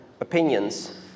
opinions